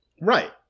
right